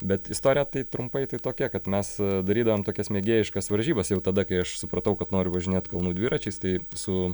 bet istorija tai trumpai tai tokia kad mes darydavom tokias mėgėjiškas varžybas jau tada kai aš supratau kad noriu važinėt kalnų dviračiais tai su